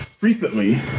recently